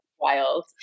wild